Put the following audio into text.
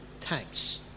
thanks